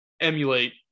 emulate